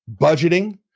budgeting